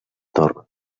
torre